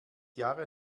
jahre